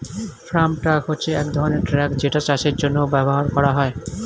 farm truck হচ্ছে এক ধরনের ট্রাক যেটা চাষের জন্য ব্যবহার করা হয়